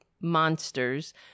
monsters